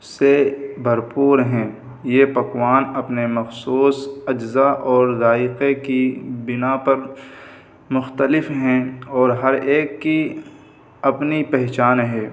سے بھرپور ہیں یہ پکوان اپنے مخصوص اجزاء اور ذائقے کی بنا پر مختلف ہیں اور ہر ایک کی اپنی پہچان ہے